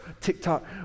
TikTok